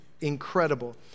incredible